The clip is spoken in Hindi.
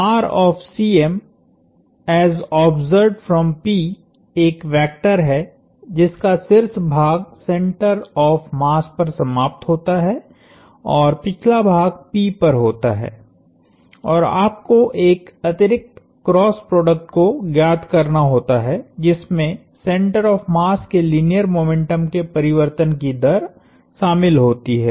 तो यह एक वेक्टर है जिसका शीर्ष भाग सेंटर ऑफ़ मास पर समाप्त होता है और पिछला भाग P पर होता है और आपको एक अतिरिक्त क्रॉस प्रोडक्ट को ज्ञात करना होता है जिसमे सेंटर ऑफ़ मास के लीनियर मोमेंटम के परिवर्तन की दर शामिल होती है